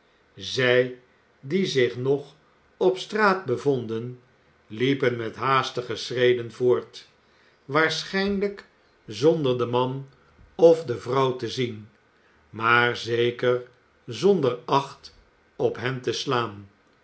zij die zich nog op straat bevonden liepen met haastige schreden voort waarschijnlijk zonder den man of de vrouw te zien maar zeker zonder acht op hen te slaan